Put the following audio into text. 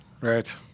Right